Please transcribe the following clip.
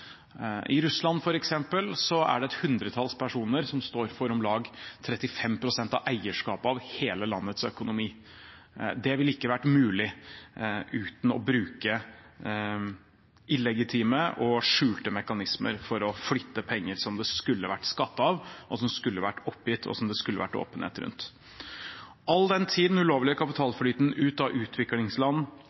I Russland f.eks. er det et hundretalls personer som står for om lag 35 pst. av eierskapet til hele landets økonomi. Det ville ikke vært mulig uten å bruke illegitime og skjulte mekanismer for å flytte penger som det skulle vært skattet av, og som skulle vært oppgitt, og som det skulle vært åpenhet rundt. All den tid den ulovlige kapitalflyten ut av utviklingsland